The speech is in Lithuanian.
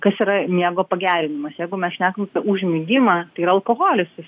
kas yra miego pagerinimas jeigu mes šnekam apie užmigimą ir alkoholis jis